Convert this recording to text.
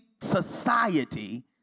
society